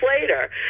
later